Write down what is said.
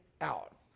out